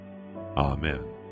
Amen